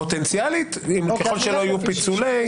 פוטנציאלית, ככל שלא יהיו פיצולי.